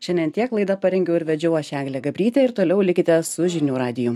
šiandien tiek laida parengiau ir vedžiau aš eglė gabrytė ir toliau likite su žinių radiju